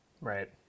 Right